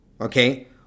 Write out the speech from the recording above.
Okay